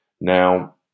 Now